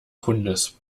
hundes